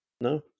No